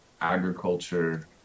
agriculture